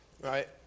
Right